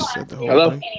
Hello